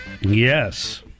Yes